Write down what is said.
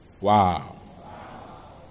Wow